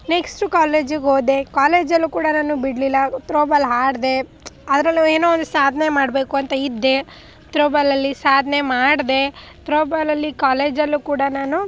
next ಕಾಲೇಜಿಗೆ ಹೋದೆ ಕಾಲೇಜಲ್ಲೂ ಕೂಡ ನಾನು ಬಿಡಲಿಲ್ಲ ಥ್ರೋಬಾಲ್ ಆಡಿದೆ ಅದರಲ್ಲು ಏನೋ ಒಂದು ಸಾಧನೆ ಸಾಧನೆ ಮಾಡಿದೆ ಥ್ರೋಬಾಲಲ್ಲಿ ಕಾಲೇಜಲ್ಲೂ ಕೂಡ ನಾನು